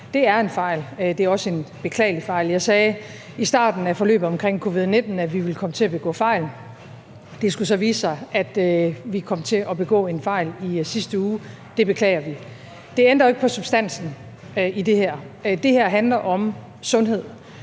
Det er en fejl, det er også en beklagelig fejl. Jeg sagde i starten af forløbet omkring covid-19, at vi ville komme til at begå fejl. Det skulle så vise sig, at vi kom til at begå en fejl i sidste uge. Det beklager vi. Det ændrer ikke på substansen i det her: Det her handler om sundhed,